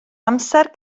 amser